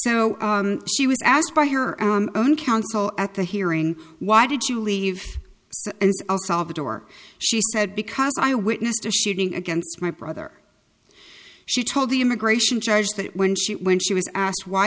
so she was asked by her own counsel at the hearing why did you leave the door she said because i witnessed the shooting against my brother she told the immigration judge that when she when she was asked why